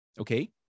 okay